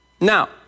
Now